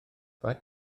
faint